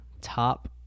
top